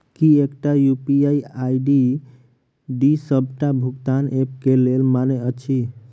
की एकटा UPI ID D सबटा भुगतान ऐप केँ लेल मान्य अछि?